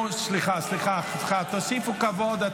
סליחה, סליחה, תוסיפו כבוד.